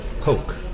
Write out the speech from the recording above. Poke